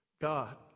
God